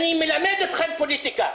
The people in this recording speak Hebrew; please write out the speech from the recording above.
אני מלמד אתכם פוליטיקה.